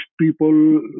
people